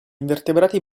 invertebrati